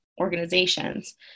organizations